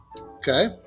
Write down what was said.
Okay